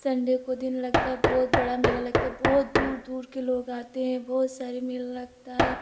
Sunday को दिन लगता है बहुत बड़ा मेला लगता है बहुत दूर दूर के लोग आते हैं बहुत सारे मेला लगता है